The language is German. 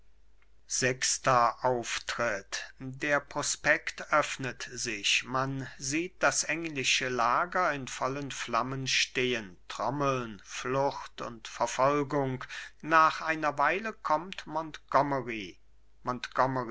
sechster auftritt der prospekt öffnet sich man sieht das englische lager in vollen flammen stehen trommeln flucht und verfolgung nach einer weile kommt montgomery montgomery